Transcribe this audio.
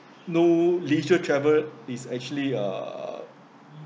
no leisure travel is actually uh